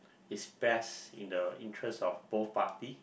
is best in the interest of both party